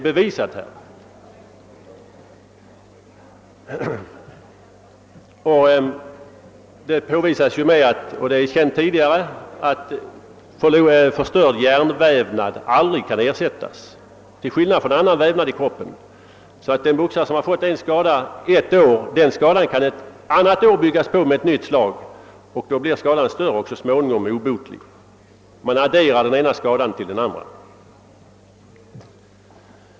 Redan tidigare har man ju känt till att förstörd hjärnvävnad aldrig kan ersättas till skillnad från annan kroppsvävnad. Om en boxare fått en skada ett år kan den ett annat år byggas på med ett nytt slag, och så småningom kan den bli obotlig. Den ena skadan adderas med den andra.